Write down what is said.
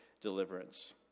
deliverance